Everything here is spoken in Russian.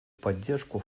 поддержку